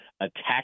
attack